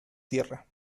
tierra